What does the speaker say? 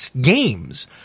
games